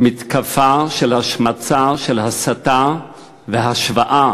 מתקפה של השמצה, של הסתה והשוואה